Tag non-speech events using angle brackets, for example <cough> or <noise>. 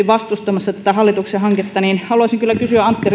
<unintelligible> vastustamassa tätä hallituksen hanketta haluaisin kyllä kysyä antti <unintelligible>